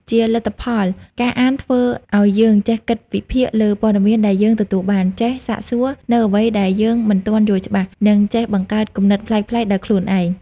ជាលទ្ធផល ការអានធ្វើឱ្យយើងចេះគិតវិភាគ លើព័ត៌មានដែលយើងទទួលបាន ចេះ សាកសួរ នូវអ្វីដែលយើងមិនទាន់យល់ច្បាស់ និងចេះ បង្កើតគំនិតប្លែកៗដោយខ្លួនឯង។